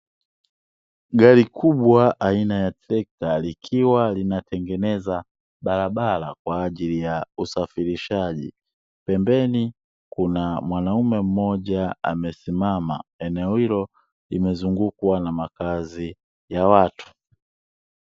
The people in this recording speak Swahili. Gari kubwa aina ya trekta likiwa linatengeneza barabara kwa ajili ya usafirishaji, pembeni kuna mwanaume mmoja amesimama, eneo hilo limezungukwa na makazi ya watu.